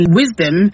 wisdom